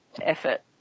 effort